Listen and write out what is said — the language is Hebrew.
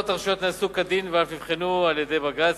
הרשויות נעשו כדין ואף נבחנו על-ידי בג"ץ.